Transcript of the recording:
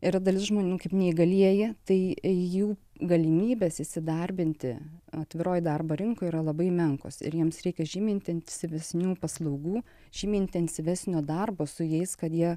yra dalis žmonių kaip neįgalieji tai jų galimybės įsidarbinti atviroje darbo rinkoje yra labai menkos ir jiems reikia žymiai intensyvesnių paslaugų žymiai intensyvesnio darbo su jais kad jie